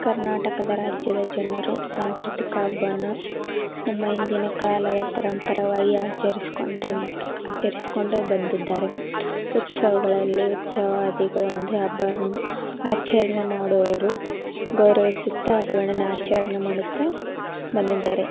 ಕರ್ನಾಟಕದ ರಾಜ್ಯದ ಜನರು ಸಾಂಸ್ಕೃತಿಕ ಹಬ್ಬನ ನಮ್ಮ ಹಿಂದಿನ ಕಾಲದ ಪರಂಪರವಾಗಿ ಆಚರ್ಸ್ಕೊಂಡಂತೆ ಆಚರಿಸ್ಕೊಂಡು ಬಂದಿದ್ದಾರೆ ಉತ್ಸವಗಳಲ್ಲಿ ಉತ್ಸವಾದಿಗಳು ಅಂದರೆ ಹಬ್ಬವನ್ನು ಆಚರಣೆ ಮಾಡುವವರು ಗೌರವಿಸುತ್ತಾ ಹಬ್ಬಗಳನ್ನು ಆಚರಣೆ ಮಾಡುತ್ತಾ ಬಂದಿದ್ದಾರೆ